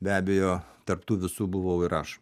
be abejo tarp tų visų buvau ir aš